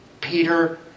Peter